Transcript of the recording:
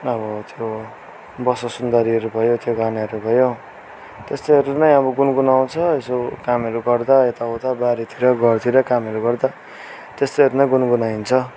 अब त्यो बस सुन्दरीहरू भयो त्यो गानाहरू भयो त्यसरी नै अब गुनगुनाउँछ यसो कामहरू गर्दा यताउता बारीतिर घरतिर कामहरू गर्दा त्यसरी नै गुनगुनाइन्छ